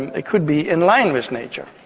and it could be in line with nature.